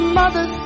mother